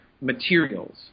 materials